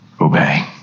obey